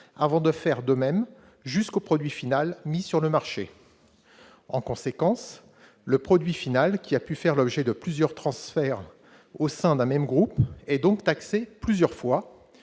avant de faire de même, jusqu'au produit final mis sur le marché. En conséquence, le produit final, qui a pu faire l'objet de plusieurs transferts au sein d'un même groupe, est donc taxé plusieurs fois,